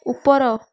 ଉପର